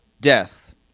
death